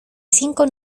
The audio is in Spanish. cinco